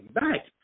back